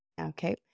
okay